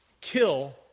kill